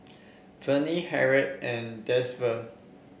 Vennie Harriet and